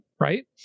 right